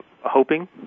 hoping